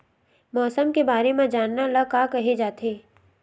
मौसम के बारे म जानना ल का कहे जाथे?